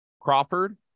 Crawford